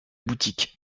boutique